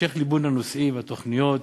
להמשך ליבון הנושאים והתוכניות.